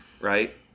right